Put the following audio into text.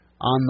on